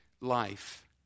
life